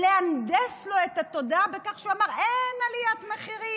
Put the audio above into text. ולהנדס לו את התודעה בכך שהוא אמר: אין עליית מחירים,